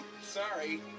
Sorry